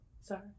Sorry